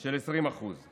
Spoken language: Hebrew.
של 20%;